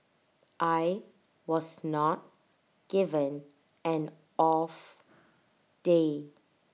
I was not given an off day